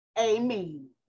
amen